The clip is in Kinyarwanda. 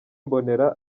mbonera